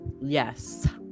Yes